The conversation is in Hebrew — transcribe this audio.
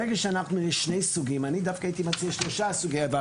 ברגע שיש שני סוגים ואני דווקא הייתי מציע שלושה סוגים,